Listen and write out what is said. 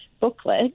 booklet